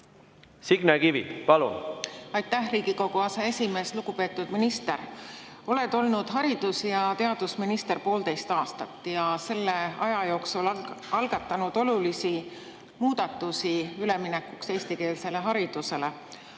Signe Kivi, palun! Aitäh, Riigikogu aseesimees! Lugupeetud minister! Sa oled olnud haridus- ja teadusminister poolteist aastat ja selle aja jooksul algatanud olulisi muudatusi üleminekuks eestikeelsele haridusele.